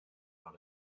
par